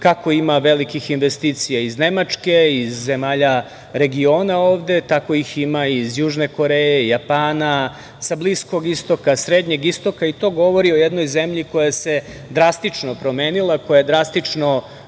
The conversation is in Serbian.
kako ima velikih investicija iz Nemačke, iz zemalja regiona ovde, tako ih ima i iz Južne Koreje, Japana, sa Bliskog istoka, Srednjeg istoka. To govori o jednoj zemlji koja se drastično promenila, koja je drastično